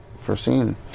foreseen